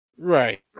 Right